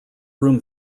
room